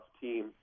team